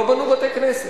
לא בנו בתי-כנסת.